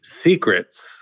secrets